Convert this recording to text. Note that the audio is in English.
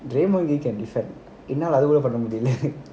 dream only can defend not like என்னால அவ்ளோ பண்ண முடியாது:ennala avlo panna mudiyaathu